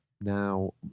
now